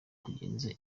kugenza